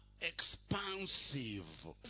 expansive